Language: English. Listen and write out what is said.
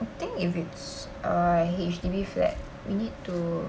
I think if it's a H_D_B flat we need to